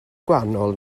gwahanol